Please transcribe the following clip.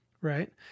Right